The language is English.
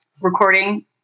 recording